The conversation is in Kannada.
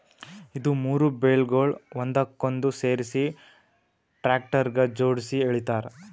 ಇದು ಮೂರು ಬೇಲ್ಗೊಳ್ ಒಂದಕ್ಕೊಂದು ಸೇರಿಸಿ ಟ್ರ್ಯಾಕ್ಟರ್ಗ ಜೋಡುಸಿ ಎಳಿತಾರ್